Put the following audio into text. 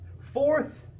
Fourth